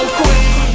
queen